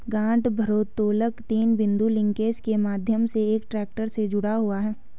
गांठ भारोत्तोलक तीन बिंदु लिंकेज के माध्यम से एक ट्रैक्टर से जुड़ा हुआ है